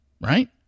right